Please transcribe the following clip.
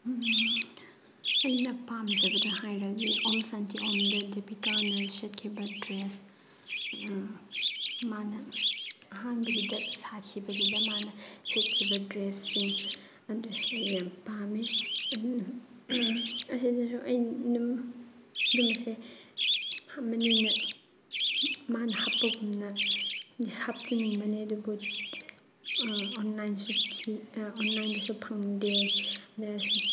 ꯑꯩꯅ ꯄꯥꯝꯖꯕꯗ ꯍꯥꯏꯔꯗꯤ ꯑꯣꯝ ꯁꯥꯟꯇꯤ ꯑꯣꯝꯗ ꯗꯤꯄꯤꯀꯥꯅ ꯁꯦꯠꯈꯤꯕ ꯗ꯭ꯔꯦꯁ ꯃꯥꯅ ꯑꯍꯥꯟꯕꯒꯤꯗ ꯁꯥꯈꯤꯕꯒꯤꯗ ꯃꯥꯅ ꯁꯦꯠꯈꯤꯕ ꯗ꯭ꯔꯦꯁꯁꯤꯡ ꯑꯗꯨ ꯑꯩ ꯌꯥꯝ ꯄꯥꯝꯃꯤ ꯑꯁꯤꯗꯁꯨ ꯑꯩ ꯑꯗꯨꯝ ꯑꯗꯨꯝꯕꯁꯦ ꯃꯥꯅ ꯍꯥꯞꯄꯒꯨꯝꯅ ꯍꯥꯞꯆꯟꯅꯤꯡꯕꯅꯦ ꯑꯗꯨꯕꯨ ꯑꯣꯟꯂꯥꯏꯟꯁꯨ ꯑꯣꯟꯂꯥꯏꯟꯗꯁꯨ ꯐꯪꯗꯦ ꯑꯗꯁꯨꯝ